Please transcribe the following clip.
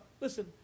listen